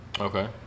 Okay